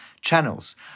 channels